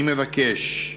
אני מבקש,